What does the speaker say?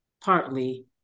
partly